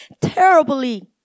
terribly